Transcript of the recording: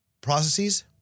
processes